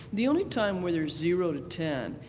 the only time where there's zero to ten,